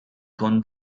con